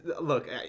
look